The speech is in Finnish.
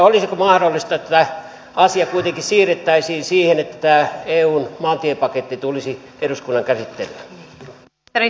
olisiko mahdollista että tämä asia kuitenkin siirrettäisiin siihen että eun maantiepaketti tulisi eduskunnan käsittelyyn